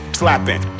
slapping